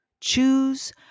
Choose